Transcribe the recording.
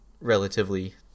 relatively